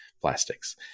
plastics